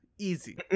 Easy